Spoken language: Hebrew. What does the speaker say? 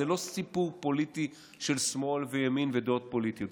זה לא סיפור פוליטי של שמאל וימין ודעות פוליטיות,